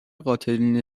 قاتلین